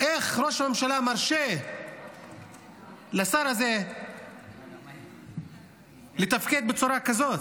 איך ראש הממשלה מרשה לשר הזה לתפקד בצורה כזאת?